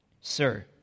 Sir